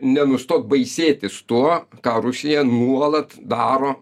nenustot baisėtis tuo ką rusija nuolat daro